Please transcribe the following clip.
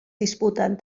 disputen